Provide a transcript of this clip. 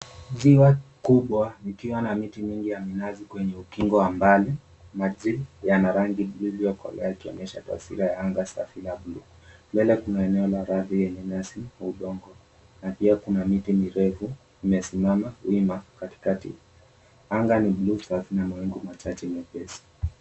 Ziwa kubwa ikiwa na miti mingi ya minazi kwenye ukinga wa mbali. Maji yana rangi ilivyokolea yakionyesha taswira ya anga safi ya buluu. Mbele kuna eneo la radhi yenye nyasi na udongo na pia kuna miti mirefu imesimama wima katikati anga lilio safi na mawingu machache mepesi.